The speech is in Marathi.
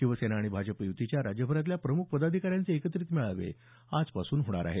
शिवसेना आणि भाजप य्तीच्या राज्यभरातल्या प्रमुख पदाधिकाऱ्यांचे एकत्रित मेळावे आजपासून होणार आहेत